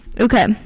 okay